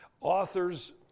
Authors